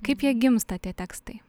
kaip jie gimsta tie tekstai